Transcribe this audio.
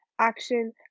action